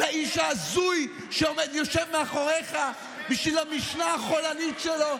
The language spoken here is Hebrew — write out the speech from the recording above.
לאיש ההזוי שיושב מאחוריך בשביל המשנה החולנית שלו.